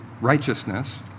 righteousness